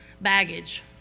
baggage